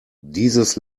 dieses